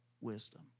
wisdom